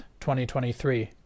2023